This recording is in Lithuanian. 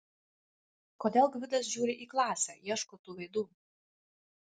kodėl gvidas žiūri į klasę ieško tų veidų